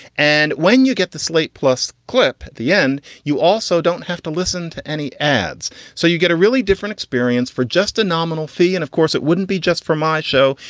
and when you get the slate plus clip at the end, you also don't have to listen to any ads. so you get a really different experience for just a nominal fee. and of course, it wouldn't be just for my show.